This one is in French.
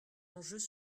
enjeux